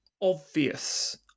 obvious